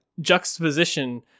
juxtaposition